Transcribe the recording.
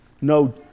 No